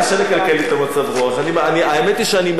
האמת היא שאני מחייך כל פעם שאני קורא שם את אלה